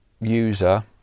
user